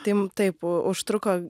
tai taip užtruko